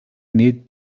need